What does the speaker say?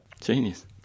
Genius